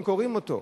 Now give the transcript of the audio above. הם קורעים אותו.